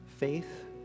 faith